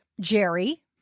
Jerry